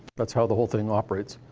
that's how the whole thing operates.